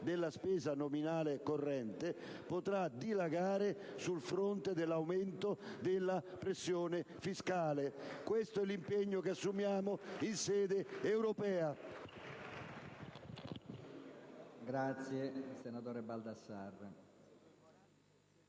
della spesa nominale corrente e che questa potrà dilagare sul fronte dell'aumento della pressione fiscale. Questo è l'impegno che assumiamo in sede europea.